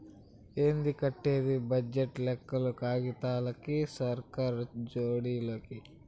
ఏంది కట్టేది బడ్జెట్ లెక్కలు కాగితాలకి, సర్కార్ జోడి లోకి